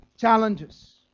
Challenges